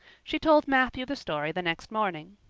she told matthew the story the next morning.